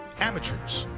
amateurs,